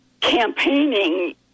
Campaigning